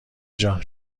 جان